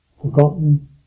forgotten